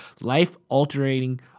life-altering